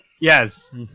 Yes